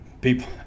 People